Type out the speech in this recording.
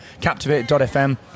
Captivate.fm